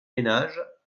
ménages